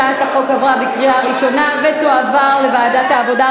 הצעת החוק עברה בקריאה ראשונה ותועבר לוועדת העבודה,